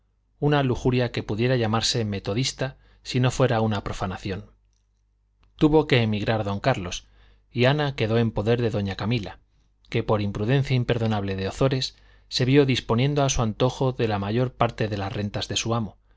una lujuria que pudiera llamarse metodista si no fuera una profanación tuvo que emigrar don carlos y ana quedó en poder de doña camila que por imprudencia imperdonable de ozores se vio disponiendo a su antojo de la mayor parte de las rentas de su amo